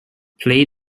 play